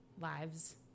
lives